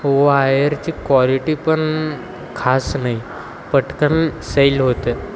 वायरची कॉलिटी पण खास नाही पटकन सैल होते